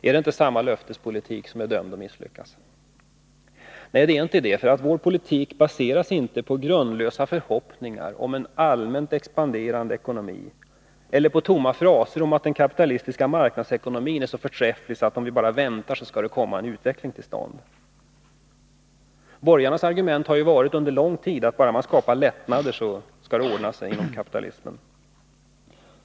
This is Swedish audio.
Är det inte ett uttryck för samma löftespolitik, dömd att misslyckas? Nej, det är det inte. Vår politik baseras inte på grundlösa förhoppningar om en allmänt expanderande ekonomi eller på tomma fraser om att den kapitalistiska marknadsekonomin är så förträfflig att om man bara väntar kommer det till stånd en utveckling. Borgarnas argument har ju under lång tid varit att bara man skapar lättnader, skall det ordna sig inom kapitalismen.